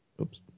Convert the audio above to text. oops